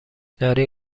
داری